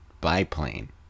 biplane